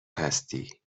هستی